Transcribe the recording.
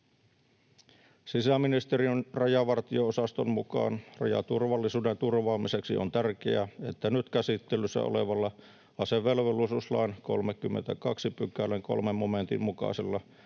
Sisäministeriön rajavartio-osaston mukaan rajaturvallisuuden turvaamiseksi on tärkeää, että nyt käsittelyssä olevalla asevelvollisuuslain 32 §:n 3 momentin mukaisella